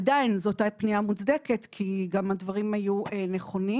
עדיין זו הייתה פנייה מוצדקת כי הדברים היו נכונים.